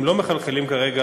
הם לא מחלחלים כרגע